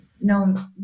no